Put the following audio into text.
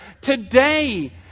Today